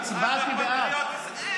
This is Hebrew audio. היית תת-אלוף בצבא,